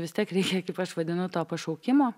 vis tiek reikia kaip aš vadinu to pašaukimo